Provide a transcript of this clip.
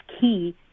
key